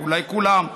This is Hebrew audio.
אולי כולם.